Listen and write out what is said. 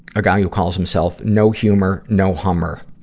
a guy who calls himself no humor, no hummer.